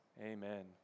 Amen